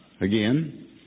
again